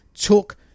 took